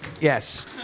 Yes